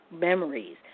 Memories